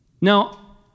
Now